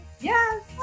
yes